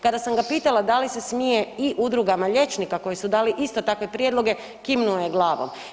Kada sam ga pitala da li se smije i udrugama liječnika koji su dali isto takve prijedloge, kimnuo je glavom.